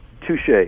Touche